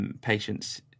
Patients